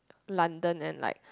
London and like